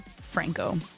franco